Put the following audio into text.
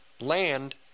land